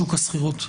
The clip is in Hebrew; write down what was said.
בשוק השכירות.